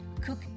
Cook